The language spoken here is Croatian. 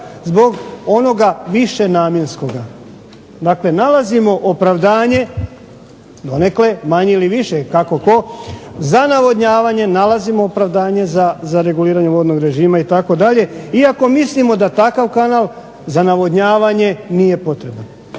zbog onoga višenamjenskoga. Dakle, nalazimo opravdanje, donekle, manje ili više kako tko, za navodnjavanje, nalazimo opravdanje za reguliranje vodnog režima itd., iako mislimo da takav kanal za navodnjavanje nije potreban.